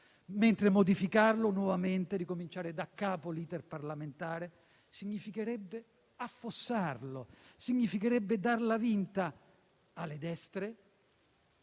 stata. Modificarlo nuovamente, ricominciare daccapo l'*iter* parlamentare significherebbe affossarlo e darla vinta alle destre,